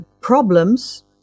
problems